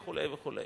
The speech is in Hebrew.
וכו'.